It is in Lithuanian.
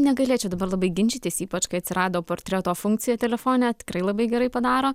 negalėčiau dabar labai ginčytis ypač kai atsirado portreto funkcija telefone tikrai labai gerai padaro